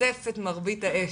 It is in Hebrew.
חוטף את מרבית האש,